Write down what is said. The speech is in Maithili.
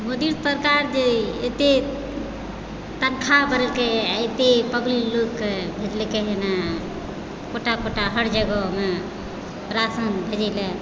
मोदी सरकारजे एते तनखा बढ़ेलकइ या एते पब्लिक लोकके भेजलकइ हँ ना छोटा छोटा हर जगहमे राशन भेजय लए